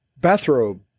bathrobe